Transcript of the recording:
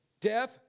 Death